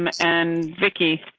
um and vicki,